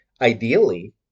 Ideally